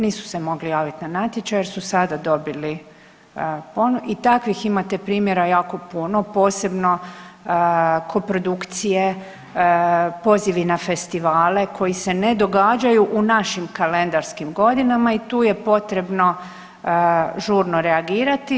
Nisu se mogli javiti na natječaj jer su sada dobili .../nerazumljivo/... i takvih imate primjera jako puno, posebno koprodukcije, pozivi na festivale koji se ne događaju u našim kalendarskim godinama i tu je potrebno žurno reagirati.